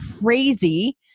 crazy